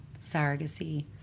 surrogacy